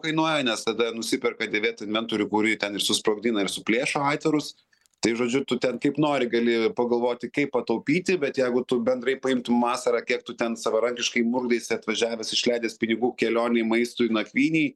kainuoja nes tada nusiperka dėvėti mentorių kurį ten ir susprogdina ir suplėšo aitvarus tai žodžiu tu ten kaip nori gali pagalvoti kaip pataupyti bet jeigu tu bendrai paimtum vasarą kiek tu ten savarankiškai murdaisi atvažiavęs išleidęs pinigų kelionei maistui nakvynei